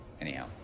anyhow